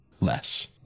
less